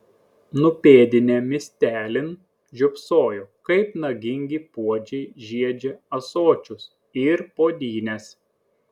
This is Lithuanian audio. nupėdinę miestelin žiopsojo kaip nagingi puodžiai žiedžia ąsočius ir puodynes